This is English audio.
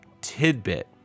tidbit